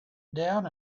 down